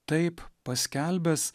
taip paskelbęs